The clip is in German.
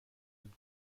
dem